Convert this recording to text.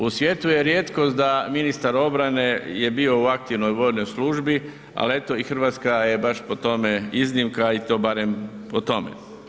U svijetu je rijetkost da ministar obrane je bio u aktivnoj vojnoj službi ali eto i Hrvatska je baš po tome iznimka i to barem po tome.